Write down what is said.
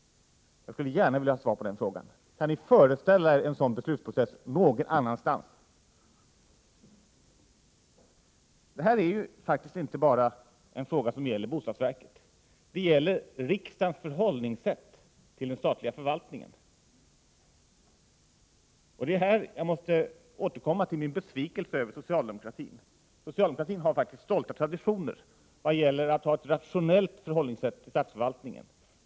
Jag skulle gärna vilja ha svar på den frågan. Kan ni föreställa er en sådan beslutsprocess någon annanstans? Det här är inte bara en fråga som gäller bostadsverket, utan det gäller också riksdagens sätt att förhålla sig till den statliga förvaltningen. Här måste jag återkomma till min besvikelse över socialdemokratin. Socialdemokraterna har stolta traditioner vad gäller ett rationellt sätt att förhålla sig till statsförvaltningen.